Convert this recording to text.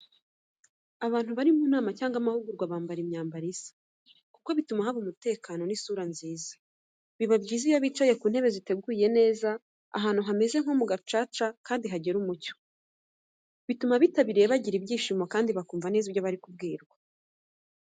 Abantu bari mu nama cyangwa amahugurwa bambara imyambaro isa, kuko bituma haba umutekano, n'isura nziza. Biba byiza iyo bicaye ku ntebe ziteguye neza, ahantu hameze nko mu gacaca kandi hagera umucyo. Bituma abitabiriye bagira ibyishimo kandi bakumva neza ibyo bari kubwirwa.